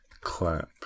Clap